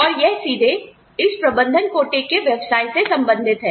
और यह सीधे इस प्रबंधन कोटे के व्यवसाय से संबंधित है